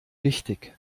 wichtig